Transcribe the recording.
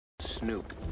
Snoop